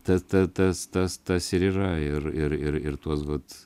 ta tas tas tas ir yra ir ir ir tuos vat